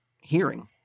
hearing